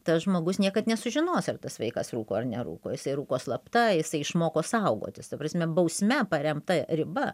tas žmogus niekad nesužinos ar tas vaikas rūko ar nerūko jisai rūko slapta jisai išmoko saugotis ta prasme bausme paremta riba